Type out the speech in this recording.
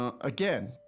Again